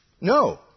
No